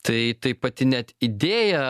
tai tai pati net idėja